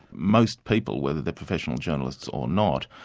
most people, whether they're professional journalists or not,